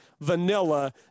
vanilla